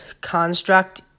construct